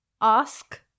ask